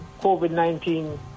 COVID-19